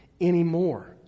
anymore